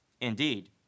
Indeed